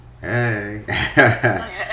Hey